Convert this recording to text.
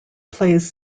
plays